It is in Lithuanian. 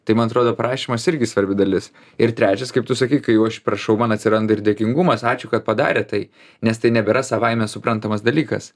tai man atrodo prašymas irgi svarbi dalis ir trečias kaip tu sakei kai jau aš prašau man atsiranda ir dėkingumas ačiū kad padarėt tai nes tai nebėra savaime suprantamas dalykas